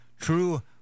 True